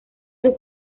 sus